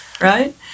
right